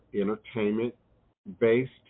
entertainment-based